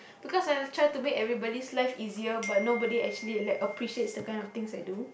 because I will try to make everybody's life easier but nobody actually like appreciates the kind of things I do